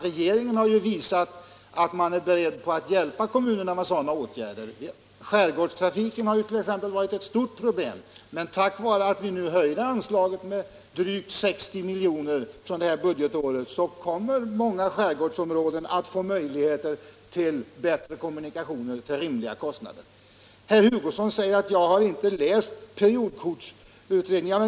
Regeringen har också visat att den är beredd att hjälpa kommunerna när det gäller att vidta sådana åtgärder. Exempelvis skärgårdstrafiken har varit ett stort problem, men tack vare att vi höjde anslagen med drygt 60 milj.kr. det här budgetåret kommer många skärgårdsområden att få möjlighet till bättre kommunikationer till rimliga kostnader. Herr Hugosson säger att jag inte läst periodkortsutredningen.